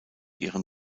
ihrem